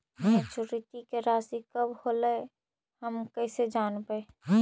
Maturity के रासि कब होलै हम कैसे जानबै?